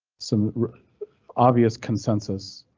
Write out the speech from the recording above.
some obvious consensus,